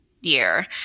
year